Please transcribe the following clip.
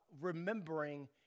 remembering